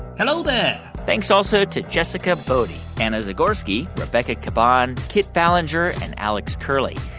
hello there thanks also to jessica boddy, anna zagorski, rebecca caban, kit ballenger and alex curley.